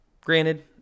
granted